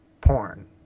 porn